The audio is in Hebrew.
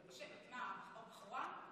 מה, הבחורה?